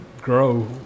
grow